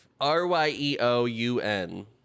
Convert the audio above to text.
R-Y-E-O-U-N